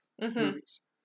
movies